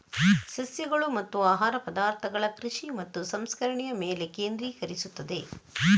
ಸಸ್ಯಗಳು ಮತ್ತು ಆಹಾರ ಪದಾರ್ಥಗಳ ಕೃಷಿ ಮತ್ತು ಸಂಸ್ಕರಣೆಯ ಮೇಲೆ ಕೇಂದ್ರೀಕರಿಸುತ್ತದೆ